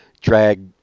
drag